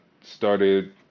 started